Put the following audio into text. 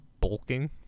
Bulking